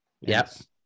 yes